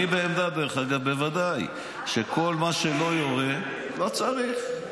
אני בוודאי בעמדה שכל מה שלא יורה, לא צריך,